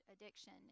addiction